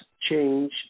change